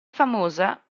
famosa